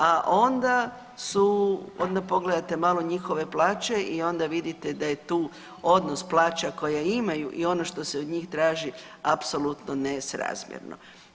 A onda su, onda pogledate malo njihove plaće i onda vidite da je tu odnos plaća koje imaju i ono što se od njih traži apsolutno nesrazmjerno.